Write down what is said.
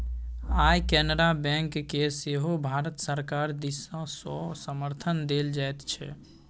आय केनरा बैंककेँ सेहो भारत सरकार दिससँ समर्थन देल जाइत छै